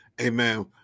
amen